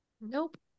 Nope